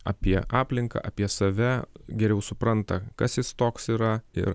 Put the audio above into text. apie aplinką apie save geriau supranta kas jis toks yra ir